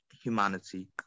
humanity